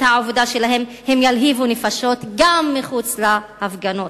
העבודה שלהם הם ילהיבו נפשות גם מחוץ להפגנות.